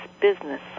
business